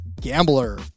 gambler